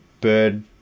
Bird